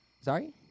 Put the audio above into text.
Sorry